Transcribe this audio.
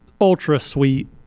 ultra-sweet